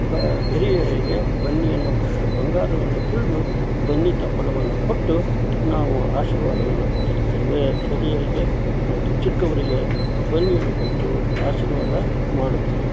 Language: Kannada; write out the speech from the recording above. ಬ ಹಿರಿಯರಿಗೆ ಬನ್ನಿಯನ್ನು ಕೊಟ್ಟು ಬಂಗಾರವೆಂದು ತಿಳಿದು ಬನ್ನಿ ತಪ್ಪಲವನ್ನು ಕೊಟ್ಟು ನಾವು ಆಶೀರ್ವಾದವನ್ನು ಪಡಿತ್ತೇವೆ ಹಿರಿಯರಿಗೆ ಮತ್ತು ಚಿಕ್ಕವರಿಗೆ ಬನ್ನಿಯನ್ನು ಕೊಟ್ಟು ಆಶೀರ್ವಾದ ಮಾಡುತ್ತೇವೆ